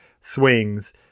swings